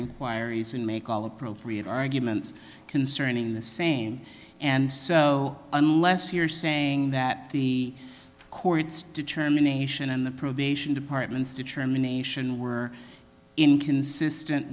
even make all appropriate arguments concerning the sane and so unless you're saying that the court's determination in the probation department determination were inconsistent